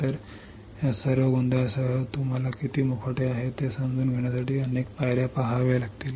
तर या सर्व गोंधळासह आपल्याला किती मुखवटे आहेत हे समजून घेण्यासाठी अनेक पायऱ्या पहाव्या लागतील